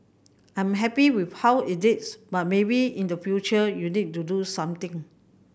I'm happy with how it is but maybe in the future you need to do something